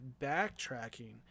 backtracking